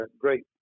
great